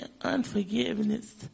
unforgiveness